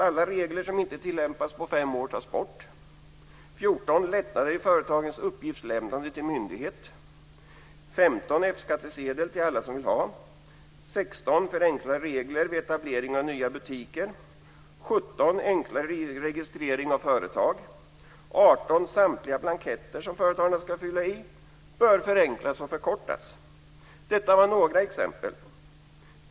Alla regler som inte har tillämpats på fem år tas bort. Detta var några exempel.